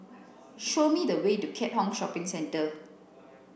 show me the way to Keat Hong Shopping Centre